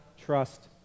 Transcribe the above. trust